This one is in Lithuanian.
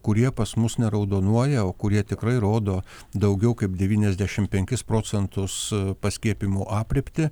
kurie pas mus neraudonuoja o kurie tikrai rodo daugiau kaip devyniasdešim penkis procentus paskiepijimų aprėptį